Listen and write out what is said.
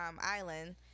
island